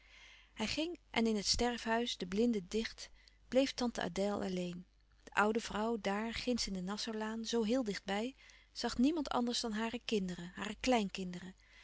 hij ging en in het sterfhuis de blinden dicht bleef tante adèle alleen de oude vrouw daar ginds in de nassaulaan zoo heel dicht bij zag niemand anders dan hare kinderen hare kleinkinderen